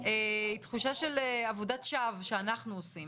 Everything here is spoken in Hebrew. תחושה של עבודת שווא שאנחנו עושים,